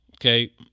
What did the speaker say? Okay